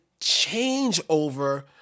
changeover